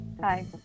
Hi